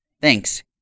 Thanks